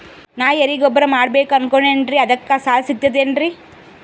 ನಾ ಎರಿಗೊಬ್ಬರ ಮಾಡಬೇಕು ಅನಕೊಂಡಿನ್ರಿ ಅದಕ ಸಾಲಾ ಸಿಗ್ತದೇನ್ರಿ?